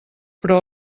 però